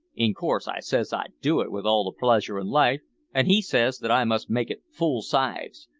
in course i says i'd do it with all the pleasure in life and he says that i must make it full size,